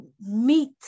meet